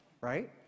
right